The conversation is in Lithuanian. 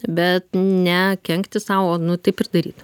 bet ne kenkti sau o nu taip ir daryt